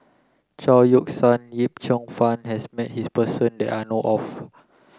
Chao Yoke San Yip Cheong Fun has met his person that I know of